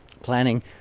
planning